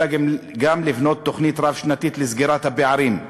אלא גם לבנות תוכנית רב-שנתית לסגירת הפערים,